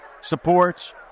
supports